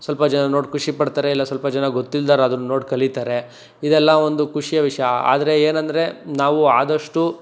ಸ್ವಲ್ಪ ಜನ ನೋಡಿ ಖುಷಿಪಡ್ತಾರೆ ಇಲ್ಲ ಸ್ವಲ್ಪ ಜನ ಗೊತ್ತಿಲ್ದೋರು ಅದನ್ನ ನೋಡಿ ಕಲಿತಾರೆ ಇದೆಲ್ಲ ಒಂದು ಖುಷಿಯ ವಿಷಯ ಆದರೆ ಏನೆಂದ್ರೆ ನಾವು ಆದಷ್ಟು